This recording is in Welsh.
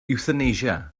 ewthanasia